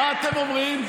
מה אתם אומרים?